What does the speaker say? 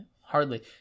Hardly